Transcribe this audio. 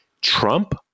Trump